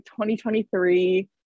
2023